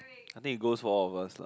I think it goes for all of us lah